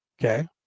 Okay